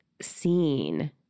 seen